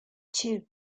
two